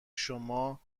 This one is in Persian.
شما